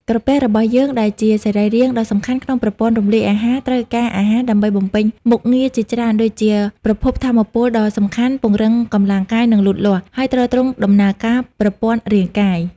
ក្រពះរបស់យើង ដែលជាសរីរាង្គដ៏សំខាន់ក្នុងប្រព័ន្ធរំលាយអាហារ ត្រូវការអាហារដើម្បីបំពេញមុខងារជាច្រើន ដូចជា ប្រភពថាមពលដ៏សំខាន់ ពង្រឹងកម្លាំងកាយ និងលូតលាស់ ហើយទ្រទ្រង់ដំណើរការប្រព័ន្ធរាងកាយ។